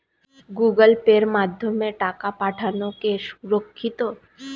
Google পের মাধ্যমে টাকা পাঠানোকে সুরক্ষিত?